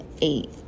eight